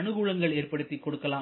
அனுகூலங்கள் ஏற்படுத்திக் கொடுக்கலாம்